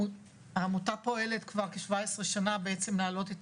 העמותה פועלת 18 שנה בעצם להעלות את